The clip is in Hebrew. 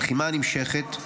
הלחימה הנמשכת,